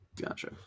Gotcha